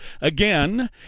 Again